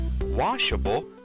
washable